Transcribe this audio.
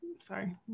Sorry